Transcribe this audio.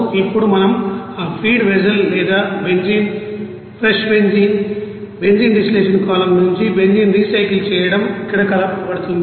ఇప్పుడు మనం ఆ ఫీడ్ వెసల్ లేదా benzene fresh benzene benzene distillation column నుంచి బెంజీన్ రీసైకిల్ చేయడం ఇక్కడ కలపబడింది